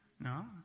No